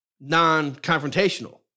non-confrontational